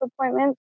appointments